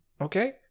Okay